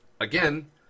again